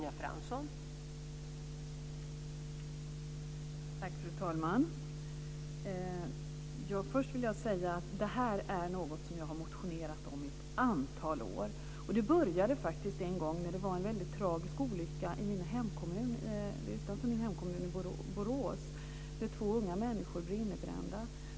Fru talman! Först vill jag säga att jag har motionerat i den här frågan ett antal år. Det började när det var en tragisk olycka utanför min hemkommun Borås, då två unga människor blev innebrända.